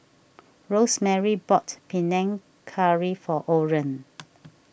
Rosemarie bought Panang Curry for Oren